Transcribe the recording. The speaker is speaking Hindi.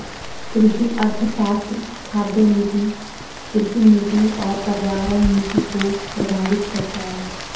कृषि अर्थशास्त्र खाद्य नीति, कृषि नीति और पर्यावरण नीति को प्रभावित करता है